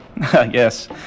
Yes